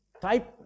type